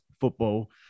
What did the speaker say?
football